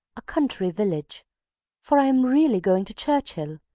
a country village for i am really going to churchhill.